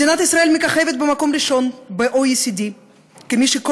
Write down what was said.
מדינת ישראל מככבת במקום הראשון ב-OECD כמי שכל